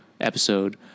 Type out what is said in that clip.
episode